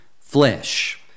flesh